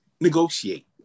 negotiate